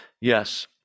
Yes